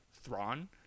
Thrawn